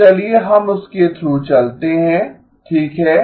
तो चलिए हम उसके थ्रू देखते हैं ठीक है